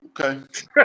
Okay